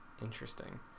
interesting